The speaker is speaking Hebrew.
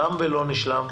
תם ולא נשלם.